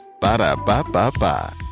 Ba-da-ba-ba-ba